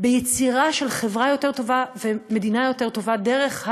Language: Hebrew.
ביצירה של חברה יותר טובה ומדינה יותר טובה דרך,